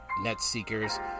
NetSeekers